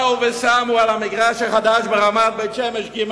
באו ושמו על המגרש החדש ברמת-בית-שמש ג',